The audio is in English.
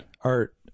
Art